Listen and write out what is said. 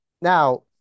Now